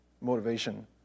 motivation